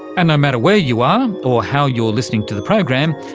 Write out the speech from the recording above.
and no matter where you are or how you're listening to the program,